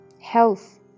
health